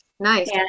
Nice